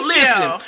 listen